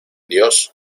dios